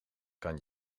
kan